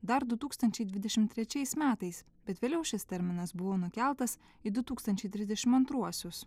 dar du tūkstančiai dvidešim trečiais metais bet vėliau šis terminas buvo nukeltas į du tūkstančiai trisdešim antruosius